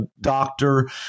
doctor